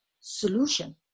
solution